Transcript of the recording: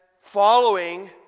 following